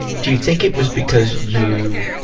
do you think it was because you,